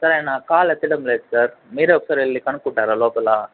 sir ఆయన నా call ఎత్తడం లేదు సార్ మీరే ఒకసారి వెళ్ళీ కనుక్కుంటారా లోపల